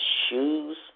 shoes